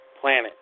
planet